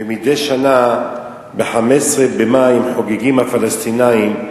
ומדי שנה ב-15 במאי הם חוגגים, הפלסטינים,